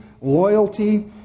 loyalty